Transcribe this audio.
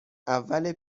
اول